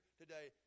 today